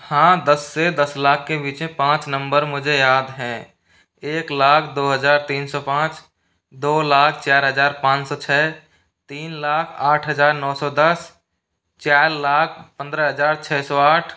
हाँ दस से दस लाख के बीच मे पाँच नंबर मुझे याद हैं एक लाख दो हजार तीन सौ पाँच दो लाख चार हजार पाँच सौ छः तीन लाख आठ हजार नौ सौ दस चाल लाख पंद्रह हजार छः सौ आठ